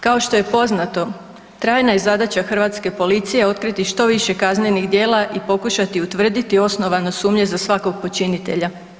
Kao što je poznato trajna je zadaća hrvatske policije otkriti što više kaznenih djela i pokušati utvrditi osnovanost sumnje za svakog počinitelja.